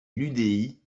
l’udi